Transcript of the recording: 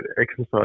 exercise